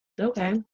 Okay